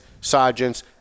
sergeants